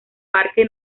parque